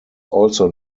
also